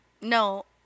No